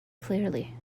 clearly